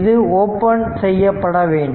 இது ஓபன் செய்யப்படவேண்டும்